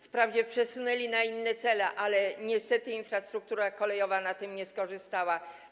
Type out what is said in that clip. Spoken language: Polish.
Wprawdzie przesunęli je na inne cele, ale niestety infrastruktura kolejowa na tym nie skorzystała.